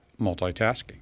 multitasking